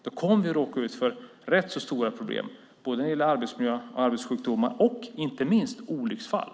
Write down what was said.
Då kommer vi att råka ut för rätt stora problem när det gäller arbetsmiljön och arbetssjukdomar och inte minst olycksfall.